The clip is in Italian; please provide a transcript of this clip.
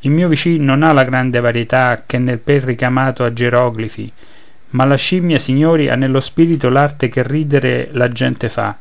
il mio vicin non ha la grande varietà che nel pel ricamato a geroglifi ma la scimmia signori ha nello spirito l'arte che ridere la gente fa